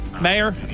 Mayor